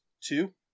two